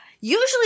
usually